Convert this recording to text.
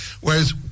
whereas